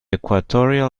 equatorial